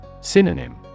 Synonym